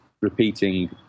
repeating